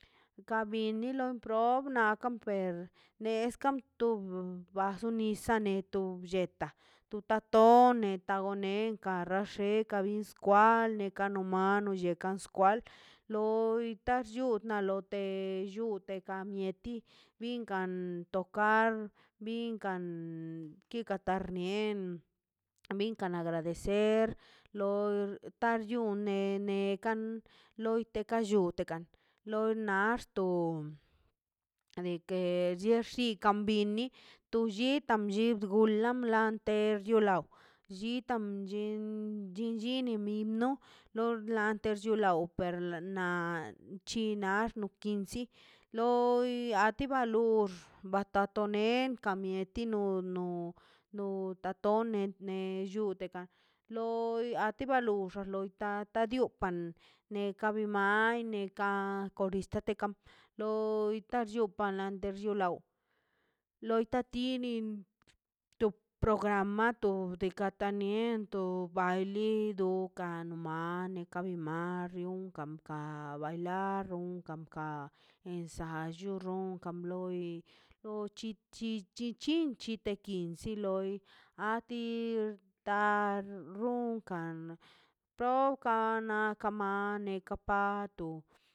Ka bini lo proi ka per neska ntub bas tunisaꞌ netoꞌ blletaꞌ tu ta ton neta to ne kanax xen ka bin kan ka nu mal no llekan xkwak lo tan llu lo leta lei llu ne kam mieti binkan to otokar binkan kikartar nier binkan agradecer lor tar chunner ene kan loi teka lluntekan loi nax to de ke llershi kan bini tu lle kam blliti omla lantex llu tlaw llita lli chin llini nim no lo larten chulaw juerlə na chin nax to quince loi a ti ka lui lux bata tonə ka mieti nu por no no tatone ne llutekan loi a ti ba luxan xa loi ta dio an kabi mai neka < loi tatini tup programa tob tekata nie to bailido doka ma rion kam kam a bailarun kam kam ensallo kam loi lo chi chichi chinte quince di loi a ti tan runkan pown kan na na neka pato.